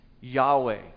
Yahweh